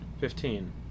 Fifteen